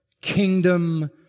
kingdom